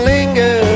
Linger